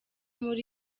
muri